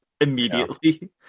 immediately